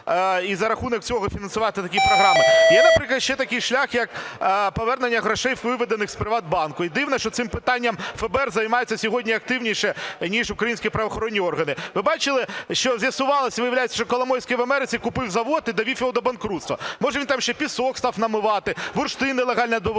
і за рахунок цього фінансувати такі програми. Є, наприклад, ще такий шлях, як повернення грошей, виведених з ПриватБанку. І дивно, що цим питанням ФБР займається сьогодні активніше, ніж українські правоохоронні органи. Ви бачили, що з'ясувалось? Виявляється, що Коломойський в Америці купив завод і довів його до банкрутства. Може, він там ще пісок став намивати, бурштин нелегально